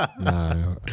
no